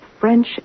French